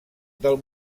del